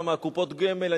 למה קופות הגמל,